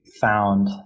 found